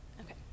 Okay